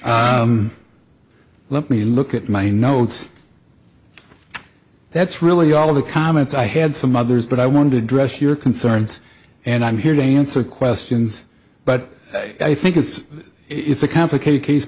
let me look at my notes that's really all of the comments i had some others but i want to address your concerns and i'm here to answer questions but i think it's it's a complicated case